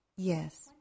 Yes